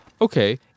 okay